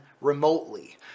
remotely